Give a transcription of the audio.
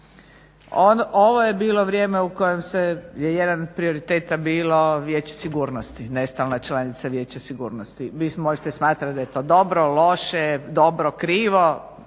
Ovo je bilo vrijeme u kojem je jedan od prioriteta bilo Vijeće sigurnosti, nestalna članica Vijeća sigurnosti. Vi možete smatrat da je to dobro, loše, dobro, krivo,